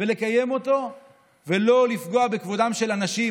ולקיים אותו ולא לפגוע בכבודם של אנשים.